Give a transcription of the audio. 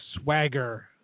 Swagger